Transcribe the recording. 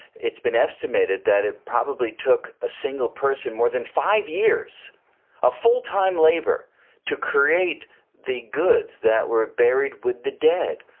it's been estimated that it probably took a single person more than five years of full-time labour to create the goods that were buried with the dead.